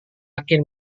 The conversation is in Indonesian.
akhir